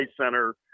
center